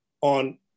on